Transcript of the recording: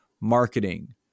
marketing